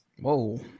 Whoa